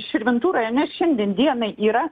širvintų rajone šiandien dienai yra